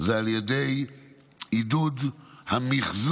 איתו הוא על ידי עידוד המחזור